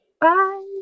bye